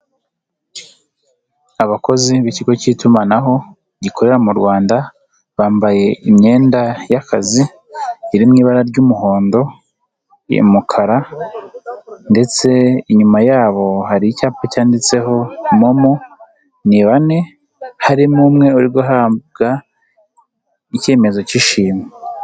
Abakozi b'ikigo k'itumanaho gikorera mu Rwanda bambaye imyenda y'akazi iri mu ibara ry'umuhondo, umukara ndetse inyuma yabo hari icyapa cyanditseho momo, ni bane harimo umwe uri guhabwa ikemezo k'ishimwe.